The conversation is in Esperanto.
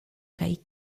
kaj